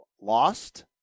lost